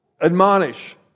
admonish